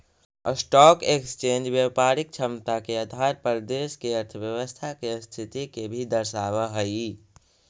stock exchange व्यापारिक क्षमता के आधार पर देश के अर्थव्यवस्था के स्थिति के भी दर्शावऽ हई